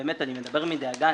מדבר מדאגה.